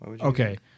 Okay